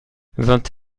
vingt